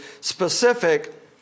specific